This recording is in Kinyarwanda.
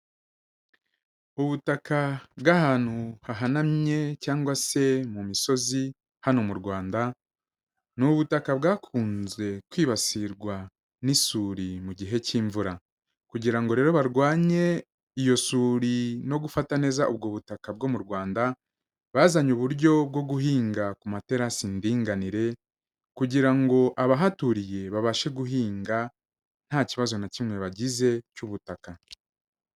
Ubutaka bw'ahantu hahanamye cyangwase mu misozi hano mu Rwanda, ni ubutaka bwakunze kwibasirwa n'isuri mu gihe cy'imvura, kugira ngo rero barwanye iyo suri no gufata neza ubwo butaka bwo mu Rwanda, bazanye uburyo bwo guhinga ku materasi ndinganire, kugira ngo abahaturiye babashe guhinga nta kibazo na kimwe bagize cy'ubutaka.